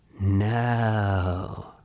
No